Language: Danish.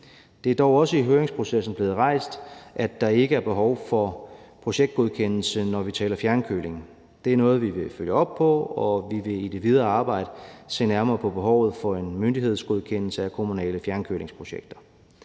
Der er dog også i høringsprocessen blevet rejst spørgsmål om, hvorvidt der er behov for projektgodkendelse, når vi taler om fjernkøling. Det er noget, vi vil følge op på, og vi vil i det videre arbejde se nærmere på behovet for en myndighedsgodkendelse af kommunale fjernkølingsprojekter.